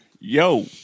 Yo